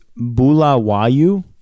Bulawayu